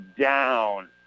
down